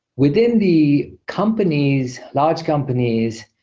within the companies, large companies,